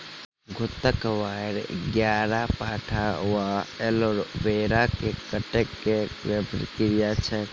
घृतक्वाइर, ग्यारपाठा वा एलोवेरा केँ कटाई केँ की प्रक्रिया छैक?